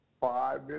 five